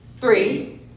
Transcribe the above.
three